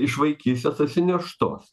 iš vaikystės atsineštos